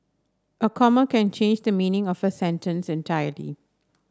a comma can change the meaning of a sentence entirely